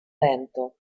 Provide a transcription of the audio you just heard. lento